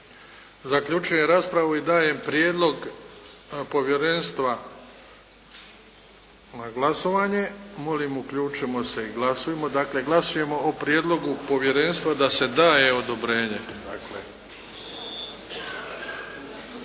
Zaključujem raspravu i dajem prijedlog povjerenstva na glasovanje. Molim uključimo se i glasujmo. Dakle, glasujemo o Prijedlogu povjerenstva da se daje odobrenje.